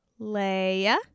Leia